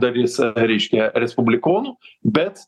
dalis reiškia respublikonų bet